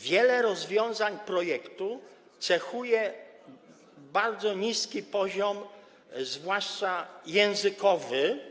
Wiele rozwiązań projektu cechuje bardzo niski poziom, zwłaszcza językowy.